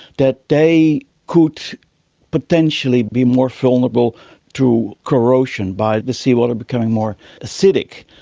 that they could potentially be more vulnerable to corrosion by the seawater becoming more acidic.